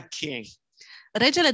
king